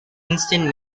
instant